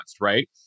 right